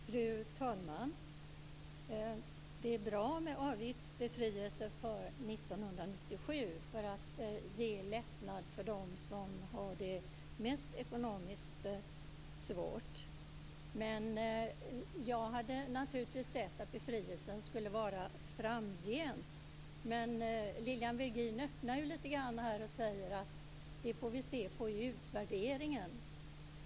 Fru talman! Det är bra med avgiftsbefrielse för 1997, för att ge en lättnad för dem som har det svårast ekonomiskt sett. Men jag hade naturligtvis helst sett att befrielsen skulle gälla framgent. Lilian Virgin öppnar lite grann och säger att vi får se på det vid utvärderingen.